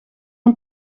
een